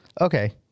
Okay